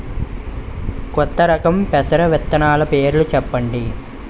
కొత్త రకం పెసర విత్తనాలు పేర్లు చెప్పండి?